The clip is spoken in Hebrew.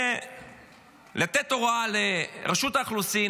ולתת הוראה לרשות האוכלוסין,